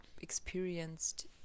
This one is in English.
experienced